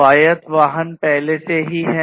स्वायत्त वाहन पहले से ही हैं